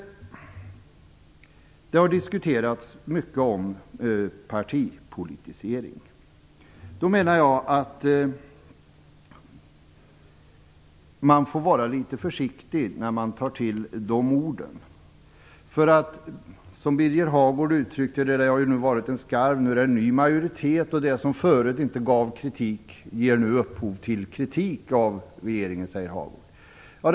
Det har diskuterats mycket partipolitisering. Man får vara litet försiktig när man tar till de orden. Birger Hagård sade att det har varit en skarv och att det nu är en ny majoritet. Det som förut inte gav kritik ger nu upphov till kritik av regeringen, säger Hagård.